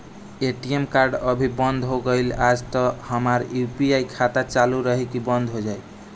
ATM card अभी बंद हो गईल आज और हमार यू.पी.आई खाता चालू रही की बन्द हो जाई?